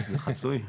זה חסוי?